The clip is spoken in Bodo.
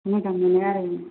मोजां मोनो आरो आं